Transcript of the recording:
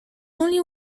only